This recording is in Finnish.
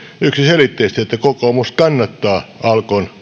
yksiselitteisesti että kokoomus kannattaa alkon